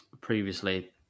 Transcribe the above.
previously